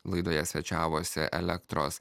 laidoje svečiavosi elektros